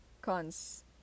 Cons